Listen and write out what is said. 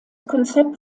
konzept